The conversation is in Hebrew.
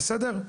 בסדר?